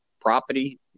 property